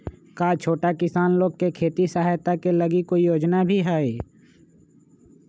का छोटा किसान लोग के खेती सहायता के लगी कोई योजना भी हई?